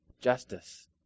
justice